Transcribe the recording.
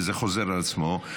וזה חוזר על עצמו.